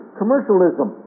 commercialism